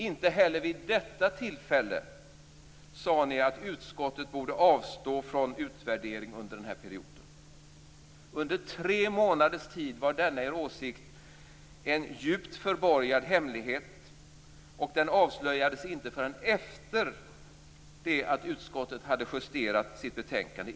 Inte heller vid detta tillfälle sade ni att utskottet borde avstå från utvärdering under den här perioden. Under tre månaders tid var denna er åsikt en djupt förborgad hemlighet, och den avslöjades inte förrän efter det att utskottet hade justerat sitt betänkande.